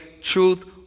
truth